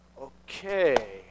okay